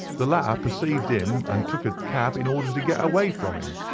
the latter perceived him, and took a cab in order to get away from him.